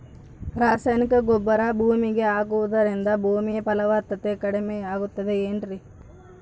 ರಾಸಾಯನಿಕ ಗೊಬ್ಬರ ಭೂಮಿಗೆ ಹಾಕುವುದರಿಂದ ಭೂಮಿಯ ಫಲವತ್ತತೆ ಕಡಿಮೆಯಾಗುತ್ತದೆ ಏನ್ರಿ?